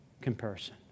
comparison